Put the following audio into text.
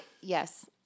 Yes